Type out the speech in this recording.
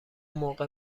موقع